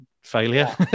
failure